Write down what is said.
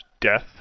Death